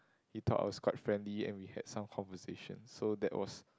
he thought I was quite friendly and we had some conversation so that was